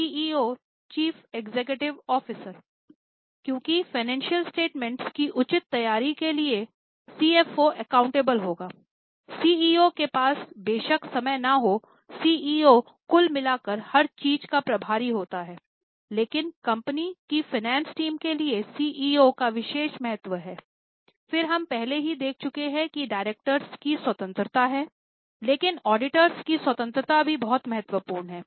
CFO की स्वतंत्रता भी बहुत महत्वपूर्ण है